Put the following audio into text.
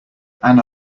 anna